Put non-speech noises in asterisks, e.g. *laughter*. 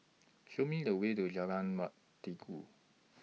Show Me The Way to Jalan *unintelligible*